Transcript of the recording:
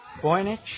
Boynich